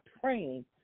praying